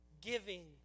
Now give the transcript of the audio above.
giving